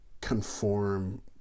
conform